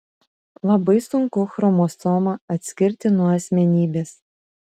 labai sunku chromosomą atskirti nuo asmenybės